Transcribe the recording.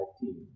team